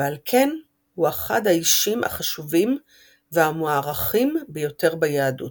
ועל כן הוא אחד האישים החשובים והמוערכים ביותר ביהדות.